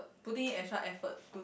putting it extra effort to